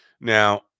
Now